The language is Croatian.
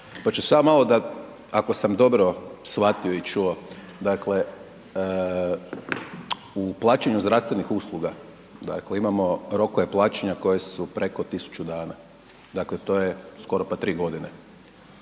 pa ću se ja malo da, ako sam dobro shvatio i čuo, dakle u plaćanju zdravstvenih usluga dakle imamo rokove plaćanja koje su preko 1000 dana, dakle to je skoro pa 3.g.,